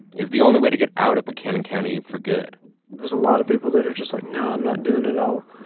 is the only way to get out of buchanan county for good there's a lot of people that are just like, no, i'm not doing it all.